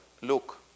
look